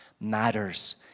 matters